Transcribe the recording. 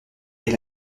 est